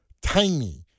tiny